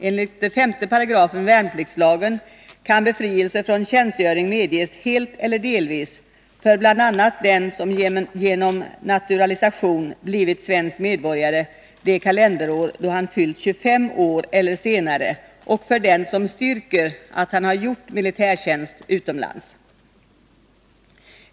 Enligt 5 § värnpliktslagen kan befrielse från tjänstgöring medges helt eller delvis för bl.a. den som genom naturalisation blivit svensk medborgare det kalenderår då han fyllt 25 år eller senare och för den som styrker att han har gjort militärtjänst utomlands.